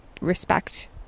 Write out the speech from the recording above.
respect